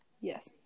Yes